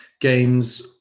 games